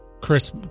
Chris